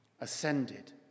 ascended